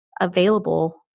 available